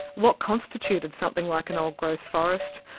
what constituted something like an old-growth forest,